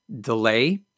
delay